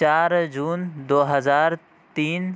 چار جون دو ہزار تین